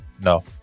No